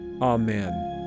Amen